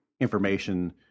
information